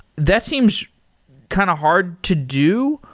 that seems kind of hard to do.